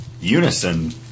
Unison